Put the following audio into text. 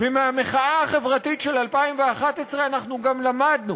ומהמחאה החברתית של 2011 אנחנו גם למדנו